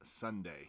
Sunday